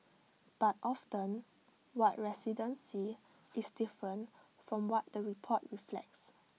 but often what residents see is different from what the report reflects